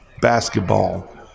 basketball